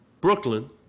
Brooklyn